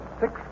six